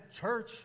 church